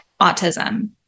autism